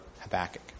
Habakkuk